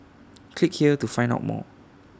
click here to find out more